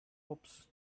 hops